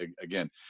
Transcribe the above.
Again